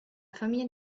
famiglia